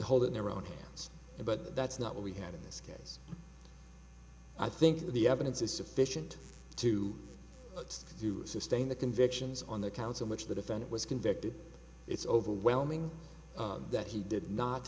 hold in their own hands but that's not what we had in this case i think the evidence is sufficient to let's do sustain the convictions on the council much the defendant was convicted it's overwhelming that he did not